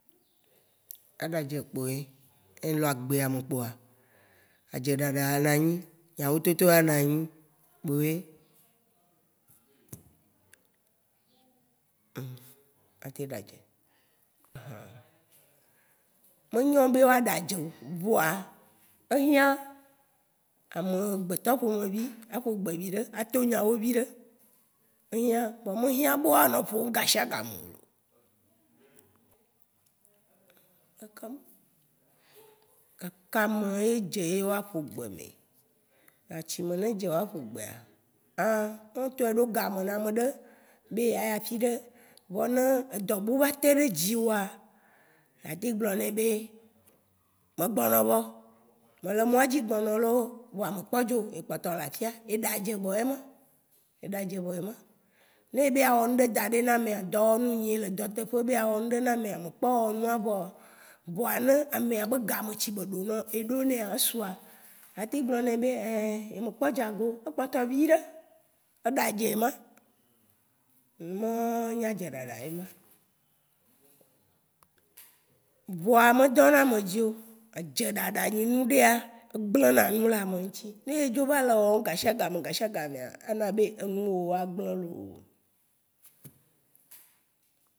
A ɖazé kpoé. Enɔ agbéamé kpoa, adzéɖaɖa a nanyi, nyawototo a nanyi kpoé. A teŋ ɖadzé. Menyo bé wa ɖadzéo, vɔa ehiã. Amegbetɔ ƒomevi, a ƒogbé viɖé, a to nyawo viɖé éhiã. Vɔ me hiã be woanɔ ƒom gasiagameo lo. Gaka me yé dzé be woa ƒogbé me? gatsimɛ né dzé bé woa ƒo gbéa. Ã, né wo ŋ'tɔ eɖo game nɛ ameɖe, bé ya yi afiɖé vɔ ne eɖɔ bu va teɖe dziwoa, ateŋ gblɔnè bé megbɔnɔ vɔ. Mele mɔɖzi gbɔnɔ lo, vɔa me kpɔ dzo. Ekpɔtɔ le afia. E ɖadzé vɔ éma. E ɖadzé vɔ ema. Ne ebe ya wɔ ŋɖe daɖɛ na amɛa, dɔwɔnu enyi, ele dɔ teƒe bé ya wɔ ŋ'ɖe na méa, me kpɔ wɔ nua vɔ, voa né amea be game tsi be ɖo nɔ, eɖonɛ esũa, ateŋ gblɔnè bé ɛ ye me kpɔ dzago. e kpɔtɔ viɖé. E ɖadze ema. Numawo yé nyi adzéɖaɖa ema. Vɔa, me dɔna ame dzio. Adzé ɖaɖa nyi nuɖea, e gblena nu le ame ŋ'tsi. Né edzo va lé wɔm gashiagamea gashiagamea, ana bé énuwoo a gblé loo.